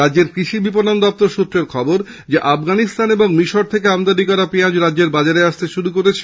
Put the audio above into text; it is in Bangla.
রাজ্যের কৃষি বিপনন দপ্তর সৃত্রে জানা গিয়েছে আফগানিস্তান ও মিশর থেকে আমদানি করা পেঁয়াজ রাজ্যের বাজারে আসতে শুরু করেছে